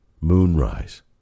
Moonrise